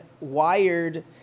wired